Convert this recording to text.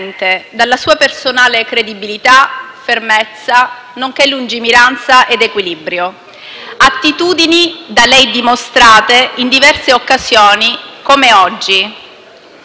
attitudini da lei dimostrate in diverse occasioni, come oggi. Queste doti le permetteranno, al Consiglio europeo, di manifestare, senza remore,